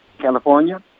California